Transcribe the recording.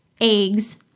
eggs